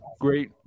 great